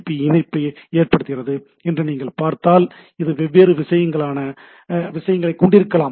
B இணைப்பை ஏற்படுத்துகிறது என்று நீங்கள் பார்த்தால் இது வெவ்வேறு வகையான விஷயங்களைக் கொண்டிருக்கலாம்